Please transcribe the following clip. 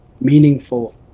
meaningful